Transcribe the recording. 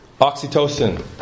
Oxytocin